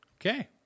okay